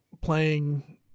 playing